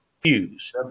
fuse